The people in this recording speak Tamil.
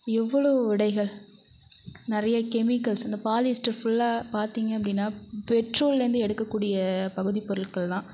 எவ்வளோ உடைகள் நிறைய கெமிக்கல்ஸ் அந்த பாலிஸ்டர் ஃபுல்லாக பார்த்தீங்க அப்படின்னா பெட்ரோல்லந்து எடுக்கக்கூடிய பகுதி பொருள்கள் தான்